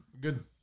good